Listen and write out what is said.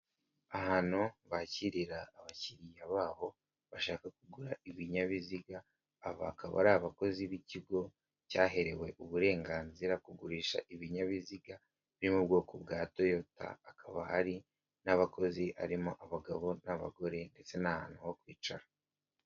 Ahantu bakirira abakiriya baho bashaka kugura ibinyabiziga, aba bakaba ari abakozi b'ikigo cyaherewe uburenganzira bwo kugurisha ibinyabiziga byo mu bwoko bwa Toyota, hakaba hari n'abakozi, harimo abagabo n'abagore ndetse n'ahantu ho kwicara.